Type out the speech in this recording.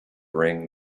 ring